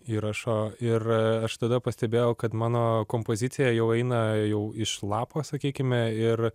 įrašo ir aš tada pastebėjau kad mano kompozicija jau eina jau iš lapo sakykime ir